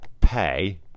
pay